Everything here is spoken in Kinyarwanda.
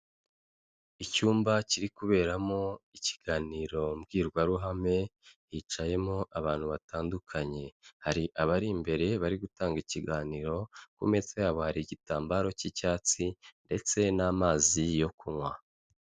Icyumba kiri kuberamo ikiganiro mbwirwaruhame, hicayemo abantu batandukanye, hari abari imbere bari gutanga ikiganiro, ku meza yabo hari igitambaro cy'icyatsi ndetse n'amazi yo kunywa.